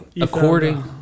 according